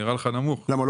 למה?